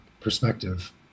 perspective